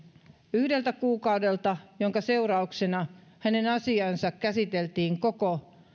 yhdeltä kuukaudelta minkä seurauksena hänen asiaansa käsiteltiin koko